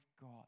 God